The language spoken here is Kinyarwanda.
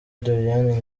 doriane